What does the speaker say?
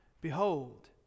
Behold